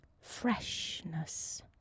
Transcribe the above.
freshness